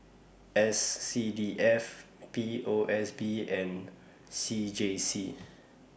S C D F P O S B and C J C